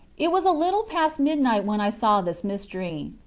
it was a little past midnight when i saw this mystery.